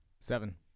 Seven